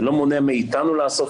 זה לא מונע מאתנו לעסוק,